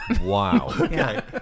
Wow